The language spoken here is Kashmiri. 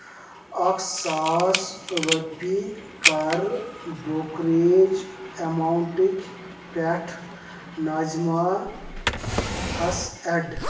اکھ ساس رۄپیہِ کَر بروکریج ایماونٹٕکۍ پٮ۪ٹھ ناظِمہ ہَس ایڈ